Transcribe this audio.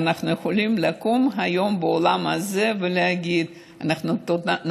שאנחנו יכולים לקום היום באולם הזה ולהגיד שנתנו